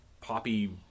poppy